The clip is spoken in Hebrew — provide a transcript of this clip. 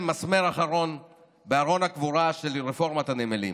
מסמר אחרון בארון הקבורה של רפורמת הנמלים,